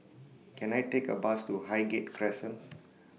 Can I Take A Bus to Highgate Crescent